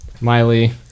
Miley